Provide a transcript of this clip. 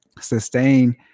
sustain